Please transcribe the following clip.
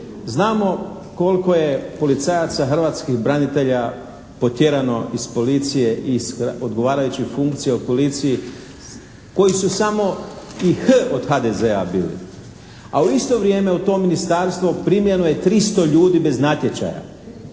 znamo koliko je policajaca hrvatskih branitelja potjerano iz policije i s odgovarajućih funkcija u policiji, koji su samo i H od HDZ-a bili. A u isto vrijeme u to ministarstvo primljeno je 300 ljudi bez natječaja.